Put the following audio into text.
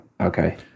Okay